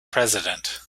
president